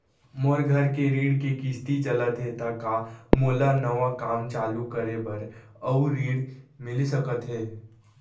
मोर घर के ऋण के किसती चलत हे ता का मोला नवा काम चालू करे बर अऊ ऋण मिलिस सकत हे?